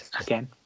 Again